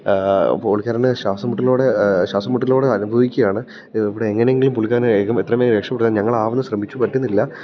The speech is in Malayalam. അപ്പോൾ പുള്ളിക്കാരന് ശ്വാസം മുട്ടലിവിടെ ശ്വാസം മുട്ടലിവിടെ അനുഭവിക്കുകയാണ് ഇവിടെ എങ്ങനെയെങ്കിലും പുള്ളിക്കാരനെ വേഗം എത്രയും വേഗം രക്ഷപ്പെടുത്താൻ ഞങ്ങളാവുന്നതും ശ്രമിച്ചു പറ്റുന്നില്ല